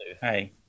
Hey